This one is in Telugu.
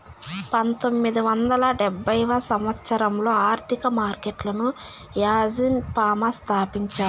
పంతొమ్మిది వందల డెబ్భై సంవచ్చరంలో ఆర్థిక మార్కెట్లను యాజీన్ ఫామా స్థాపించాడు